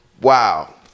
wow